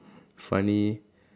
funny